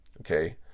okay